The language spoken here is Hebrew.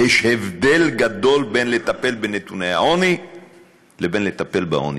ויש הבדל גדול בין לטפל בנתוני העוני לבין לטפל בעוני,